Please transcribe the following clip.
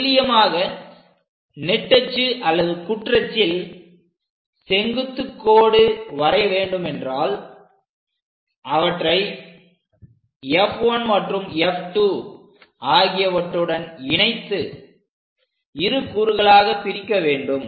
துல்லியமாக நெட்டச்சு அல்லது குற்றச்சில் செங்குத்து கோடு வரைய வேண்டும் என்றால் அவற்றை F1 மற்றும் F2 ஆகியவற்றுடன் இணைத்து இரு கூறுகளாகப் பிரிக்க வேண்டும்